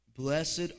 Blessed